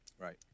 right